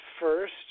First